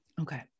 Okay